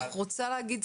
אני מתכבדת,